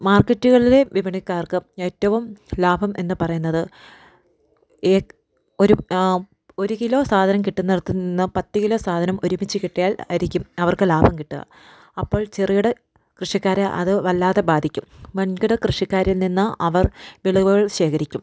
മാർക്കറ്റുകളിലെ വിപണിക്കാർക്ക് ഏറ്റവും ലാഭം എന്ന് പറയുന്നത് ഏക്ക ഒരു ഒരു കിലോ സാധനം കിട്ടുന്നിടത്തു നിന്നും പത്ത് കിലോ സാധനം ഒരുമിച്ച് കിട്ടിയാൽ ആയിരിക്കും അവർക്ക് ലാഭം കിട്ടുക അപ്പോൾ ചെറുകിട കൃഷിക്കാരെ അത് വല്ലാതെ ബാധിക്കും വൻകിട കൃഷിക്കാരിൽ നിന്ന് അവർ വിളവുകൾ ശേഖരിക്കും